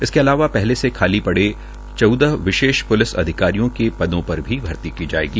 इसके अलावा पहले से खाली पड़ी विशेष पुलिस अधिकारियों की पदों पर भी भर्ती की जायेगी